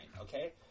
okay